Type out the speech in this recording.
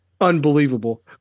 unbelievable